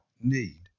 need